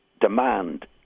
demand